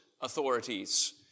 authorities